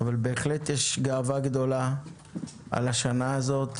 בהחלט יש גאווה גדולה על השנה הזאת,